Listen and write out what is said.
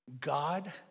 God